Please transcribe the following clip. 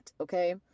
Okay